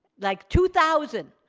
like two thousand,